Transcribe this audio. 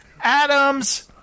adam's